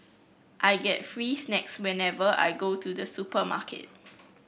I get free snacks whenever I go to the supermarket